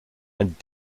and